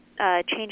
Change